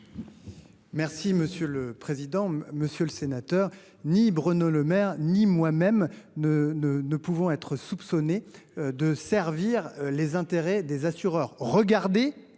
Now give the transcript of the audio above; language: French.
Merci monsieur le président, Monsieur le Sénateur ni Bruno Lemaire ni moi-même ne ne ne pouvant être soupçonné de servir les intérêts des assureurs. Regardez,